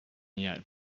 yet